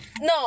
No